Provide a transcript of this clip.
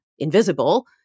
invisible